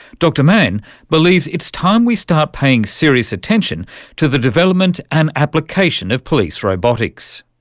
dr mann believes it's time we start paying serious attention to the development and application of police robotics.